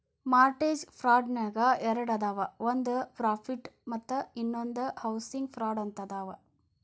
mortgage ಫ್ರಾಡ್ನ್ಯಾಗ ಎರಡದಾವ ಒಂದ್ ಪ್ರಾಫಿಟ್ ಮತ್ತ ಇನ್ನೊಂದ್ ಹೌಸಿಂಗ್ ಫ್ರಾಡ್ ಅಂತ ಅದಾವ